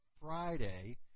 Friday